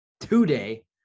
today